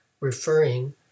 Referring